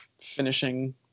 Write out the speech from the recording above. finishing